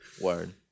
Word